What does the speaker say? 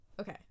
Okay